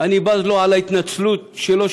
אני בז לו על ההתנצלות שלו,